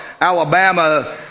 Alabama